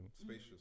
Spacious